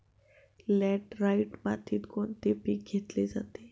Laterite मातीत कोणते पीक घेतले जाते?